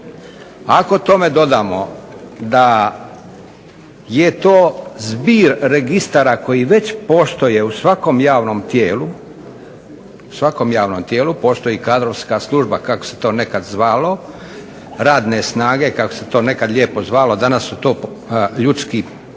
Ako tome dodamo da je to zbir registara koji već postoje u svakom javnom tijelu, u svakom javnom tijelu postoji kadrovska služba, kako se to nekad zvalo, radne snage kako se to nekad lijepo zvalo, danas su to ljudski resursi